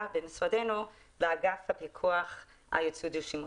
במשרדנו לאגף הפיקוח על ייצוא דו-שימושי.